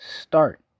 start